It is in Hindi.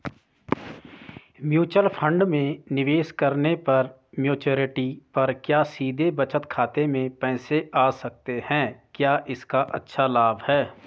म्यूचूअल फंड में निवेश करने पर मैच्योरिटी पर क्या सीधे बचत खाते में पैसे आ सकते हैं क्या इसका अच्छा लाभ है?